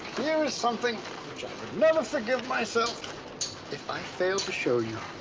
here is something which i would never forgive myself if i failed to show you.